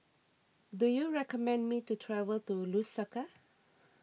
do you recommend me to travel to Lusaka